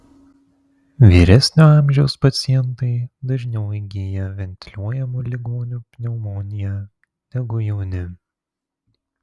vyresnio amžiaus pacientai dažniau įgyja ventiliuojamų ligonių pneumoniją negu jauni